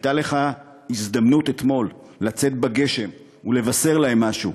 הייתה לך הזדמנות אתמול לצאת בגשם ולבשר להם משהו.